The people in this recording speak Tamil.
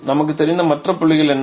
நமக்குத் தெரிந்த மற்ற புள்ளிகள் என்ன